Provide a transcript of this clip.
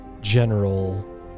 general